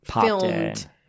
filmed